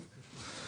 שמעניין.